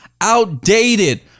outdated